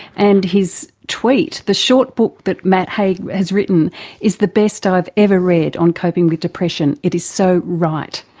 and his tweet, the short book that matt haig has written is the best i've ever read on coping with depression. it is so right.